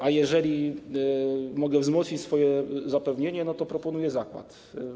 A jeżeli mogę wzmocnić swoje zapewnienie, to proponuję zakład.